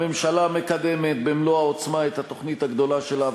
הממשלה מקדמת במלוא העוצמה את התוכנית הגדולה שלה,